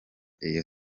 iyo